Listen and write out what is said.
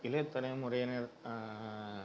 இளைய தலைமுறையினர்